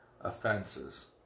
offenses